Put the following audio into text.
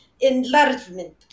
enlargement